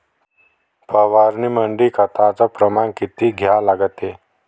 फवारनीमंदी खताचं प्रमान किती घ्या लागते?